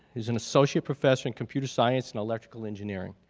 he's an associate professor in computer science and electrical engineering.